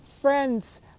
Friends